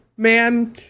man